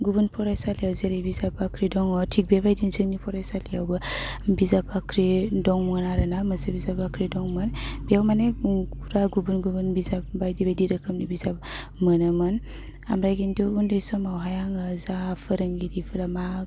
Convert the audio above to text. गुबुन फरायसालियाव जेरै बिजाब बाख्रि दङ थिग बेबायदिनो जोंनि फरायसालियावबो बिजाब बाख्रि दंमोन आरोना मोनसे बिजाब बाख्रि दंमोन बेयाव माने गुबुन गुबुन बिजाब बायदि बायदि रोखोमनि बिजाब मोनोमोन ओमफ्राय खिन्थु उन्दै समावहाय आङो जा फोरोंगिरिफोरा मा